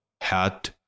hat